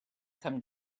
come